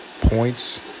points